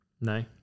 No